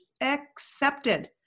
accepted